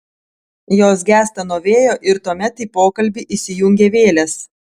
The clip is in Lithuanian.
jos gęsta nuo vėjo ir tuomet į pokalbį įsijungia vėlės